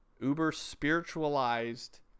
uber-spiritualized